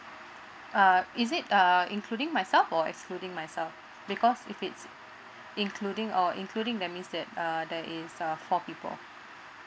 uh is it uh including myself or excluding myself because if it's including oh including that means that uh there is uh four people